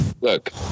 look